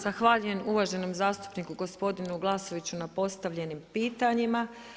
Zahvaljujem uvaženom zastupniku gospodinu Glasnoviću na postavljenim pitanjima.